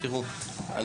תראו,